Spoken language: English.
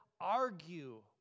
argue